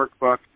workbook